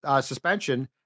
suspension